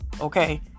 okay